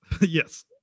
yes